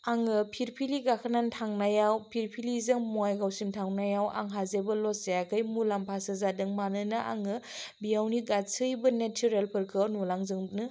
आङो फिरफिलि गाखोनानै थांनायाव फिरफिलिजों बङाइगावसिम थांनायाव आंहा जेबो लस जायाखै मुलाम्फासो जादों मानोना आङो बेयावनि गासैबो नेसारेलफोरखौ नुलांजोबनो हादों